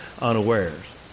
unawares